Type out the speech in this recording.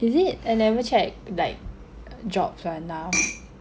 is it I never check like jobs right now